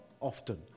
often